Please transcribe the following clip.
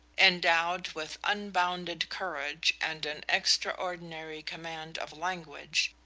endowed with unbounded courage and an extraordinary command of language,